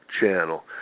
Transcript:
channel